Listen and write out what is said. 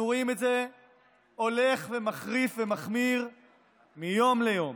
אנחנו רואים את זה הולך ומחריף ומחמיר מיום ליום.